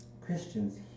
Christians